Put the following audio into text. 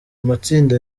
matsinda